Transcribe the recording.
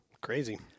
Crazy